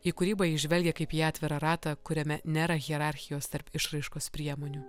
į kūrybą įžvelgia kaip į atvirą ratą kuriame nėra hierarchijos tarp išraiškos priemonių